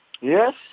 Yes